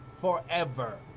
forever